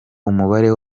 umubare